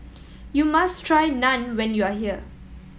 you must try Naan when you are here